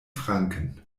franken